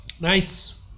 Nice